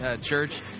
church